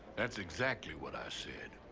that's exactly what i said.